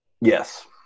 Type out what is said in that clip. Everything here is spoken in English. yes